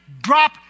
drop